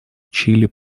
чили